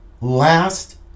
last